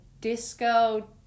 disco